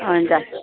हुन्छ